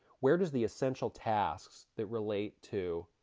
where does the essential tasks that relate to